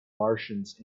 martians